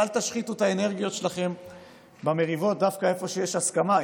אל תשחיתו את האנרגיות שלכם במריבות דווקא איפה שיש הסכמה.